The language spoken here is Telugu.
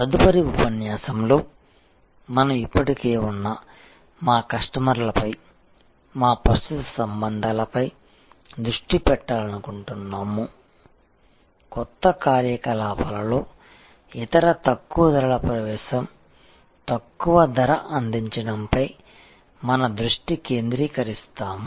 తదుపరి ఉపన్యాసంలో మనం ఇప్పటికే ఉన్న మా కస్టమర్లపై మా ప్రస్తుత సంబంధాల పై దృష్టి పెట్టాలనుకుంటున్నాము కొత్త కార్యకలాపాలలో ఇతర తక్కువ ధరల ప్రవేశం తక్కువ ధర అందించడం పై మన దృష్టి కేంద్రీకరిస్తాము